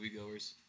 moviegoers